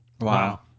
Wow